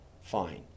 fine